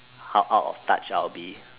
how out of touch I will be